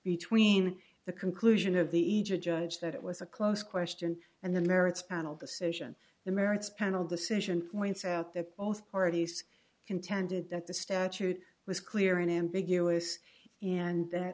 between the conclusion of the ija judge that it was a close question and the merits panel decision the merits panel decision points out that both parties contended that the statute was clear and ambiguous and that